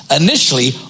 Initially